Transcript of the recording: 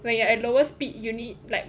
when you're at lower speed you need like